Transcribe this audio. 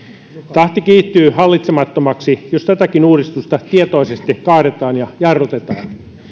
tahti kiihtyy hallitsemattomaksi jos tätäkin uudistusta tietoisesti kaadetaan ja jarrutetaan